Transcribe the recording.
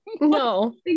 No